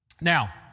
Now